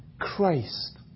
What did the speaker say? Christ